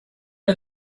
are